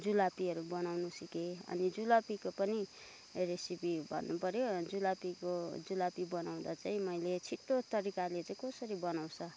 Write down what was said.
जुलपीहरू बनाउनु सिकेँ अनि जुलपीको पनि रेसिपी भन्नुपऱ्यो जुलपीको जुलपी बनाउँदा चाहिँ मैले छिट्टो तरिकाले चाहिँ कसरी बनाउँछ